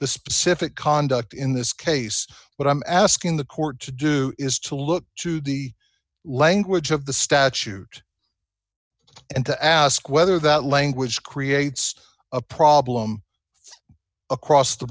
the specific conduct in this case but i'm asking the court to do is to look to the language of the statute and to ask whether that language creates a problem across the